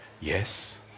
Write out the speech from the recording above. Yes